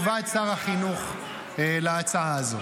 עד כאן תגובת שר החינוך להצעה הזאת.